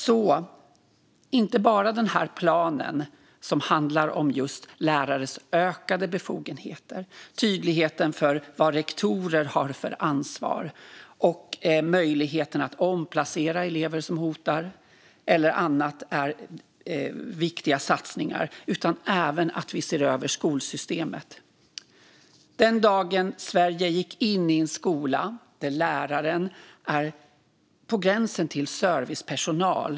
Men inte bara den här planen, som handlar om lärares ökade befogenheter, vad rektorer har för ansvar och möjligheten att omplacera, eller annat är viktiga satsningar, utan även att vi ser över skolsystemet. Det blev en försämring i svensk skola den dag då Sverige fick en skola där läraren är på gränsen till servicepersonal.